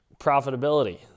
profitability